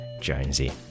Jonesy